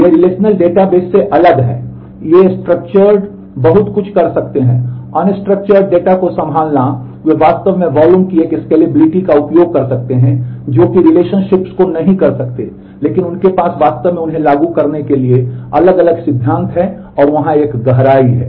ये रिलेशनल नहीं कर सकते हैं और लेकिन उनके पास वास्तव में उन्हें लागू करने के लिए अलग अलग सिद्धांत हैं और वहां एक गहराई है